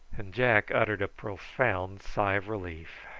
and jack uttered a profound sigh of relief.